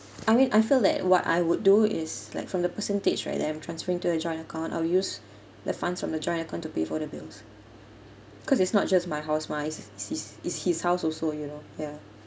I mean I felt that what I would do is like from the percentage right that I'm transferring to a joint account I'll use the funds from the joint account to pay for the bills cause it's not just my house mah it's it's his it's his house also you know ya